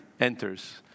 enters